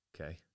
Okay